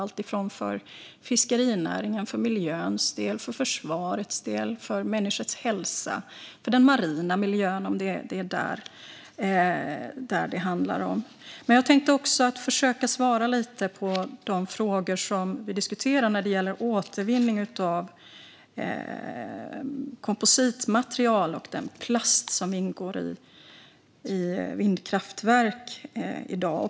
Det gäller fiskerinäringen, miljön, försvaret, människors hälsa och den marina miljön, om det är den det handlar om. Men jag tänkte också försöka svara lite på de frågor som vi diskuterar när det gäller återvinning av kompositmaterial och den plast som ingår i vindkraftverk i dag.